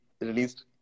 released